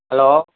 hello